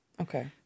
Okay